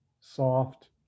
soft